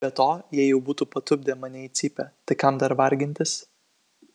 be to jie jau būtų patupdę mane į cypę tai kam dar vargintis